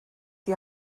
die